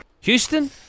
Houston